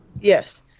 Yes